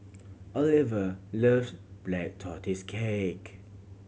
Oliver love Black Tortoise Cake